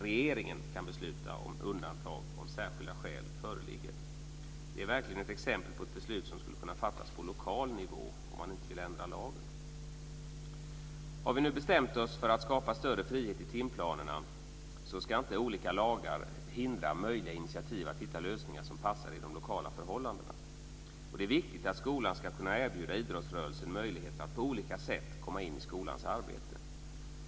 Regeringen kan besluta om undantag om särskilda skäl föreligger. Det är verkligen ett exempel på ett beslut som skulle kunna fattas på lokal nivå om man inte vill ändra lagen. Har vi nu bestämt oss för att skapa större frihet i timplanerna, så ska inte olika lagar hindra möjliga initiativ att hitta lösningar som passar de lokala förhållandena. Det är viktigt att skolan ska kunna erbjuda idrottsrörelsen möjligheter att på olika sätt komma in i skolans arbete.